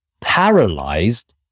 paralyzed